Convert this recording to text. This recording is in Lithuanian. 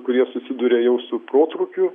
kurie susiduria jau su protrūkiu